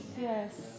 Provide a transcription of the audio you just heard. Yes